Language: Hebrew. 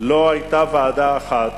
לא היתה ועדה אחת